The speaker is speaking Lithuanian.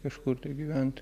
kažkur gyvent